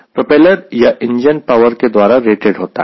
propeller या engine power के द्वारा रेटेड होता है